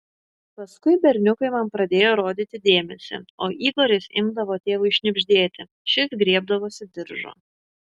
paskui berniukai man pradėjo rodyti dėmesį o igoris imdavo tėvui šnibždėti šis griebdavosi diržo